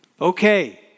okay